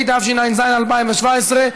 התשע"ז 2017,